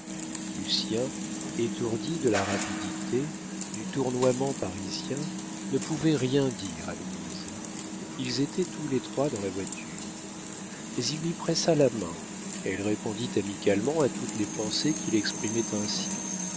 lucien étourdi de la rapidité du tournoiement parisien ne pouvait rien dire à louise ils étaient tous les trois dans la voiture mais il lui pressa la main elle répondit amicalement à toutes les pensées qu'il exprimait ainsi